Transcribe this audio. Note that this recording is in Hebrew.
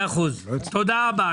תודה רבה.